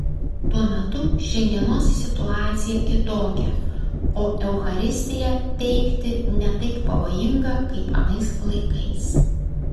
tuo metu šiandienos situacija kitokia o eucharistiją teikti ne taip pavojinga kaip anais laikais